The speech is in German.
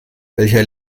welcher